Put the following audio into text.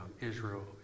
Israel